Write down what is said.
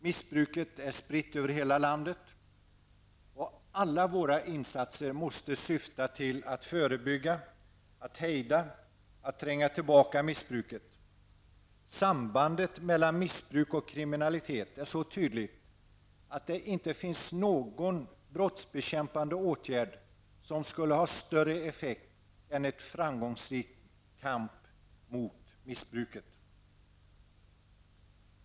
Missbruket är spritt över hela landet, och alla våra insatser måste syfta till att förebygga, att hejda och att tränga tillbaka missbruket. Sambandet mellan missbruk och kriminalitet är så tydligt att det inte finns någon brottsbekämpande åtgärd som skulle ha större effekt än en framgångsrik kamp mot missbruket.